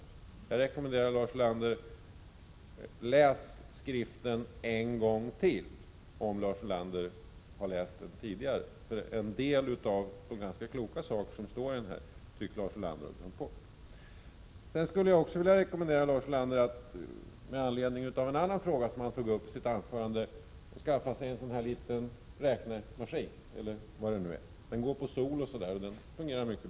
Jag rekommenderar Lars Ulander att läsa skriften en gång till, om han har läst den tidigare. En del av de ganska kloka saker som står i den tycks Lars Ulander ha glömt bort. Jag skulle också, med anledning av en annan fråga som Lars Ulander tog upp i sitt anförande, vilja rekommendera honom att skaffa sig en liten räknemaskin.